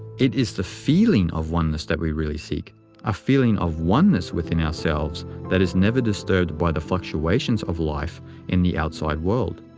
it is the feeling of oneness that we really seek a feeling of oneness within ourselves that is never disturbed by the fluctuations of life in the outside world.